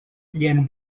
ian